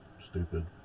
stupid